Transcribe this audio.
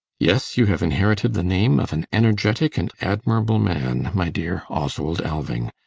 yes, you have inherited the name of an energetic and admirable man, my dear oswald alving.